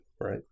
right